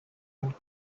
and